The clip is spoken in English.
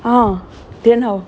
oh then how